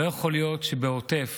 לא יכול להיות שבעוטף